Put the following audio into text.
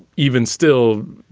even still,